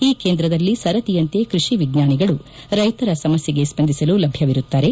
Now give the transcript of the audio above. ಈ ಕೇಂದ್ರದಲ್ಲಿ ಸರದಿಯಂತೆ ಕೃಷಿ ವಿಜ್ವಾನಿಗಳು ರೈತರ ಸಮಸ್ಟೆಗೆ ಸ್ಪಂದಿಸಲು ಲಭ್ಯ ಇರುತ್ತಾರೆ